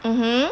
mmhmm